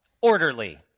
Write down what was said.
orderly